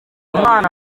mwana